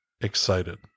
excited